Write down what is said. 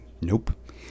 Nope